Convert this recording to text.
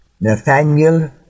Nathaniel